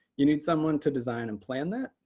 you need someone to design and plan that,